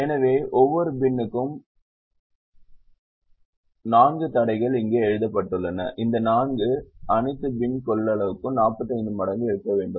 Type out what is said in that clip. எனவே ஒவ்வொரு பின்னுக்கும் ஒன்று 4 தடைகள் இங்கே எழுதப்பட்டுள்ளன இந்த 4 அனைத்தும் பின் கொள்ளளவுக்கு 45 மடங்கு இருக்க வேண்டும்